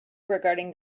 regarding